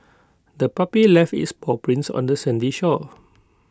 the puppy left its paw prints on the sandy shore